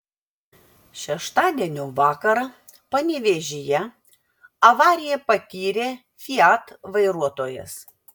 šeštadienio vakarą panevėžyje avariją patyrė fiat vairuotojas